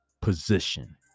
position